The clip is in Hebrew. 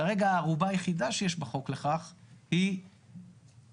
כרגע הערובה היחידה שיש בחוק לכך היא להעביר